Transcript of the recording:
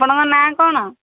ଆପଣଙ୍କ ନାଁ କ'ଣ